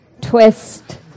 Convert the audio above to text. Twist